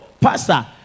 pastor